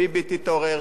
ביבי תתעורר,